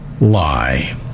lie